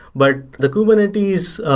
but the kubernetes,